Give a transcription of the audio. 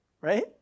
right